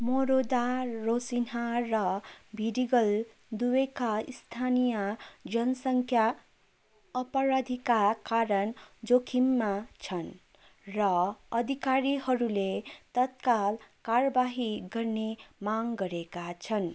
मोरो da Rocinha र Vidigal दुवैका स्थानीय जनसङ्ख्या अपराधीका कारण जोखिममा छन् र अधिकारीहरूले तत्काल कारबाही गर्ने माग गरेका छन्